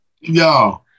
Yo